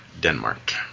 Denmark